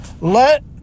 Let